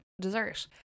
dessert